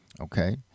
okay